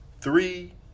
three